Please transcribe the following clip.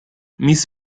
miss